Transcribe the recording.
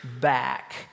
back